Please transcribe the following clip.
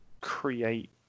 create